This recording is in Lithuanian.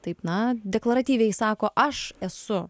taip na deklaratyviai sako aš esu